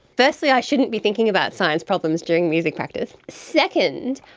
firstly i shouldn't be thinking about science problems during music practice. second,